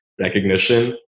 recognition